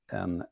en